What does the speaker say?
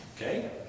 Okay